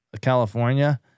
California